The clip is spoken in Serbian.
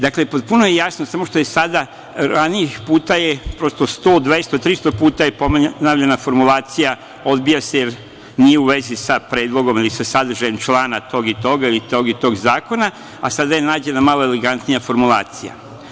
Dakle, potpuno je jasno, samo što je sada, ranijih puta je prosto 100, 200, 300 puta ponavljana formulacija – odbija se, jer nije u vezi sa predlogom ili sa sadržajem člana tog i toga ili tog i tog zakona, a sada je nađena jedna malo elegantnija formulacija.